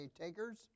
takers